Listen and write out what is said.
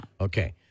Okay